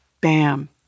bam